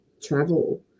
travel